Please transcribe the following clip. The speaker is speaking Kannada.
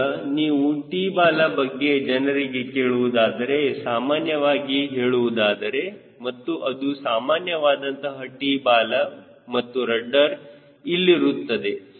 ಈಗ ನೀವು T ಬಾಲ ಬಗ್ಗೆ ಜನರಿಗೆ ಕೇಳುವುದಾದರೆ ಸಾಮಾನ್ಯವಾಗಿ ಹೇಳುವುದಾದರೆ ಮತ್ತು ಅದು ಸಾಮಾನ್ಯ ವಾದಂತಹ T ಬಾಲ ಮತ್ತು ರಡ್ಡರ್ ಇಲ್ಲಿರುತ್ತದೆ